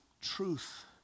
truth